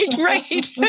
right